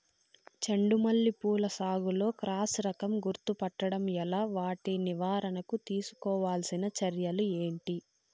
చెండు మల్లి పూల సాగులో క్రాస్ రకం గుర్తుపట్టడం ఎలా? వాటి నివారణకు తీసుకోవాల్సిన చర్యలు ఏంటి?